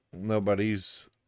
Nobody's